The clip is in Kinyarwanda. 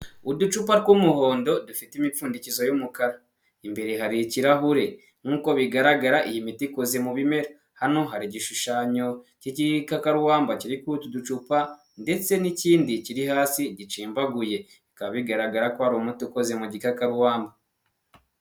Uducupa tw'umuhondo dufite imipfundikizo y'umukara, imbere hari ikirahure nk'uko bigaragara iyi miti ikoze mu bimera, hano hari igishushanyo cy'igikakarumba kiri kuri utu ducupa ndetse n'ikindi kiri hasi gicimbaguye, bikaba bigaragara ko ari umuti ukoze mu gikakarubamba.